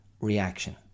reaction